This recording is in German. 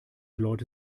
leute